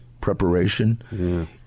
preparation